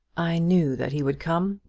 i knew that he would come.